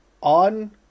On